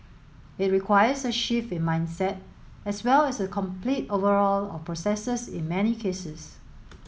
it requires a shift in mindset as well as a complete overhaul of processes in many cases